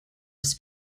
his